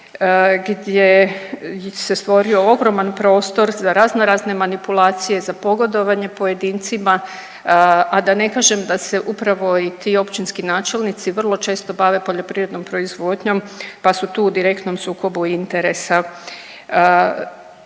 gdje se stvorio ogroman prostor za raznorazne manipulacije, za pogodovanje pojedincima, a da ne kažem da se upravo i ti općinski načelnici vrlo često bave poljoprivrednom proizvodnjom pa su tu u direktnom sukobu interesa.